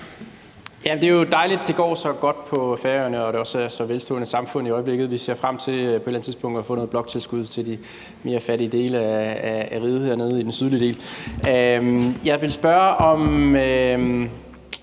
Det er jo dejligt, at det går så godt på Færøerne, og at det også er et så velstående samfund i øjeblikket. Vi ser frem til på et eller andet tidspunkt at få noget bloktilskud til de mere fattige dele af riget her nede i den sydlige del. Jeg vil spørge til